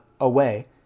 away